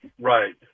right